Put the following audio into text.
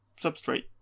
substrate